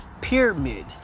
Pyramid